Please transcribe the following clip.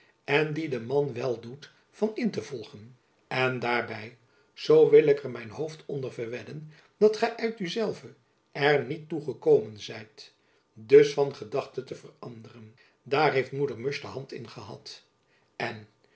en die de man wel doet van in te volgen en daarby zoo wil ik er mijn hoofd onder verwedden dat gy uit u zelve er niet toe gekomen zijt dus van gedachte te veranderen daar heeft moeder musch de hand in gehad en